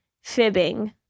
fibbing